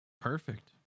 perfect